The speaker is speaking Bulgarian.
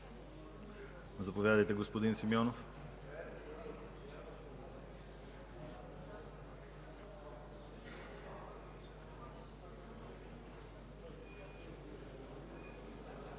Заповядайте, господин Симеонов.